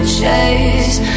chase